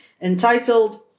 entitled